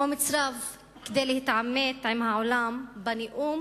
אומץ רב כדי להתעמת עם העולם בנאום